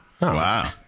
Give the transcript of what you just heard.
Wow